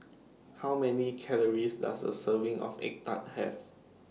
How Many Calories Does A Serving of Egg Tart Have